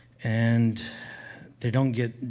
and they don't get,